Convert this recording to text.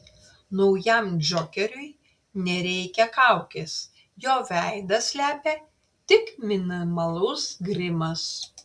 naujam džokeriui nereikia kaukės jo veidą slepia tik minimalus grimas